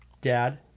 dad